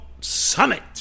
Summit